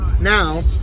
Now